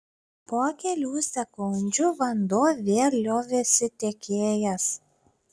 po kelių sekundžių vanduo vėl liovėsi tekėjęs